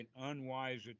unwise